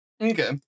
Okay